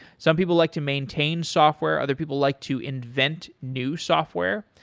some people like to maintain software. other people like to invent new software.